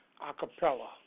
acapella